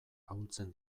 ahultzen